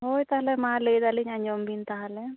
ᱦᱳᱭ ᱛᱟᱦᱚᱞᱮ ᱢᱟ ᱞᱟᱹᱭᱮᱫᱟᱞᱤᱧ ᱟᱡᱚᱢ ᱵᱤᱱ ᱛᱟᱦᱚᱞᱮ